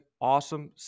awesome